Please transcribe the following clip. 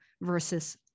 versus